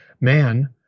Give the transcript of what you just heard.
man